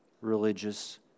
religious